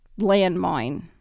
Landmine